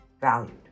valued